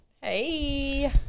Hey